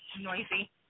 noisy